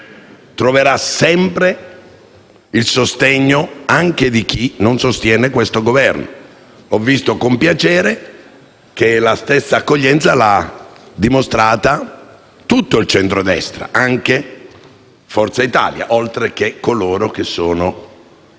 troverà sempre il sostegno anche di chi non sostiene questo Esecutivo. Ed ho visto con piacere che la stessa accoglienza è stata manifestata da tutto il centrodestra, anche da Forza Italia, oltre che da coloro che sono al